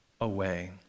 away